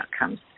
outcomes